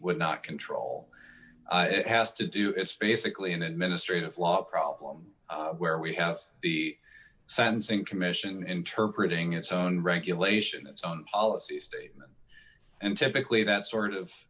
would not control it has to do is basically an administrative law problem where we have the sentencing commission interpret ng its own regulation its own policy statement and typically that sort of